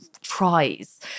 tries